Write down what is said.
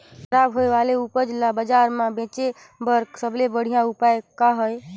खराब होए वाले उपज ल बाजार म बेचे बर सबले बढ़िया उपाय का हे?